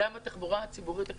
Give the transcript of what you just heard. גם בתחבורה הציבורית.